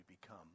become